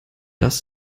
das